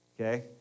okay